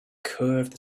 curved